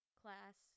class